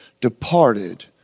departed